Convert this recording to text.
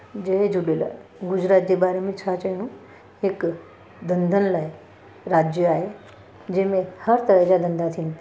जय झूलेलाल गुजरात जे बारे में छा चवणो हिकु धंदनि लाइ राज्य आहे जंहिंमें हर तरह जा धंदा थियनि